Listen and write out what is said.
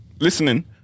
listening